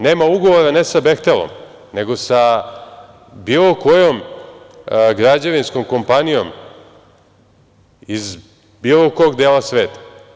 Nema ugovora ne sa „Behtelom“, nego sa bilo kojom građevinskom kompanijom iz bilo kog dela sveta.